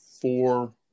four